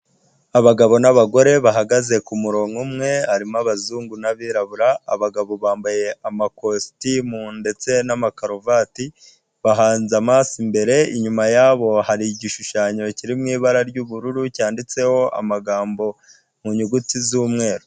Abagabo n'abagore bahagaze ku murongo umwe harimo abazungu n'abirabura, abagabo bambaye amakositimu ndetse n'amakaruvati, bahanze amaso imbere, inyuma yabo hari igishushanyo kiri mu ibara ry'ubururu cyanditseho amagambo mu nyuguti z'umweru.